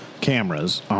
Cameras